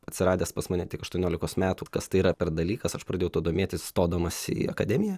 atsiradęs pas mane tik aštuoniolikos metų kas tai yra per dalykas aš pradėjau tuo domėtis stodamas į akademiją